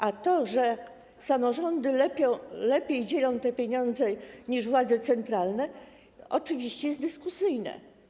A to, że samorządy lepiej dzielą te pieniądze niż władze centralne, oczywiście jest dyskusyjne.